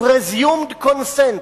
Presumed Consent,